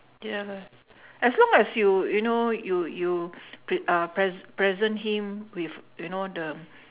ya lah as long as you you know you you pr~ uh pres~ present him with you know the